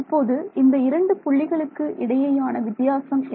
இப்போது இந்த இரண்டு புள்ளிகளுக்கு இடையேயான வித்தியாசம் என்ன